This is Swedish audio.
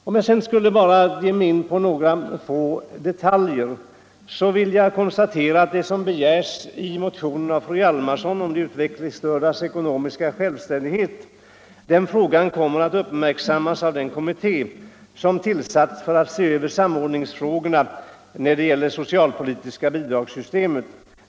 Om jag sedan skulle ge mig in på några få detaljer, så vill jag konstatera att det som i motionen av fru Hjalmarsson och herr Karlsson i Malung begärs när det gäller de utvecklingsstördas ekonomiska självständighet är en fråga som kommer att uppmärksammas av den kommitté som tillsatts för att se över samordningsfrågorna inom det socialpolitiska bidragssystemet.